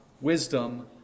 wisdom